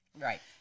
Right